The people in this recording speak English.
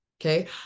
Okay